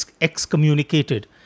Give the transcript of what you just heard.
excommunicated